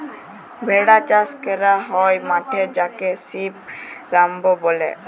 ভেড়া চাস ক্যরা হ্যয় মাঠে যাকে সিপ রাঞ্চ ব্যলে